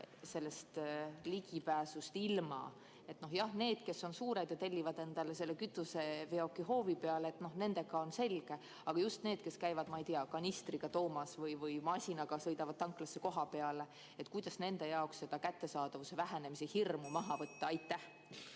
sellele ligipääsust ilma? Jah, need, kes on suured ja tellivad endale kütuseveoki hoovi peale, nendega on kõik selge, aga just need, kes käivad, ma ei tea, kanistriga toomas või masinaga sõidavad tanklasse kohapeale, kuidas nende jaoks seda kättesaadavuse vähenemise hirmu maha võtta? Aitäh,